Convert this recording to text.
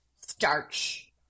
starch